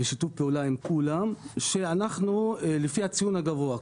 בשיתוף פעולה עם כולם לפי הציון הגבוה.